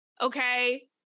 Okay